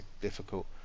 difficult